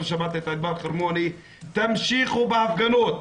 שמעתי את ענבל חרמוני: תמשיכו בהפגנות,